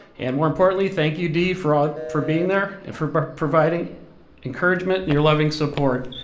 and more importantly, thank you, dee, for ah for being there, and for providing encouragement and your loving support.